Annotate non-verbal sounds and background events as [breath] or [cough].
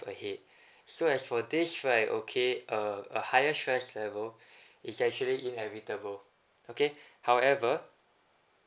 ahead [breath] so as for this right okay uh a higher stress level [breath] is actually inevitable okay however